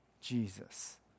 jesus